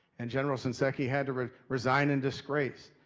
and general shinseki had to resign in disgrace.